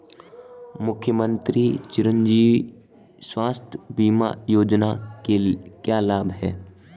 मुख्यमंत्री चिरंजी स्वास्थ्य बीमा योजना के क्या लाभ हैं?